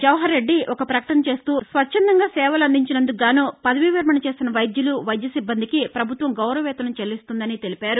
జవహర్ రెడ్డి ఒక పకటన చేస్తూ స్వచ్చందంగా సేవలు అందించినందుకు గానూ పదవీ విరమణ చేసిన వైద్యులు వైద్య సిబ్బందికి పభుత్వం గౌరవ వేతసం చెల్లిస్తుందని తెలిపారు